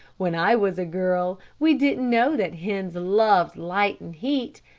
when i was a girl we didn't know that hens loved light and heat,